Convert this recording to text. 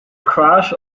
crash